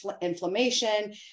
inflammation